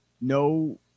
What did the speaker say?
no